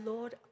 Lord